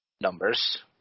numbers